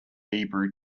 hebrew